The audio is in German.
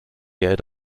ihr